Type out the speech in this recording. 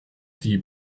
die